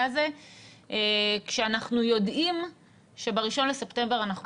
הזה כשאנחנו יודעים שב-1 בספטמבר אנחנו פותחים.